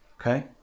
Okay